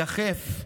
יחף.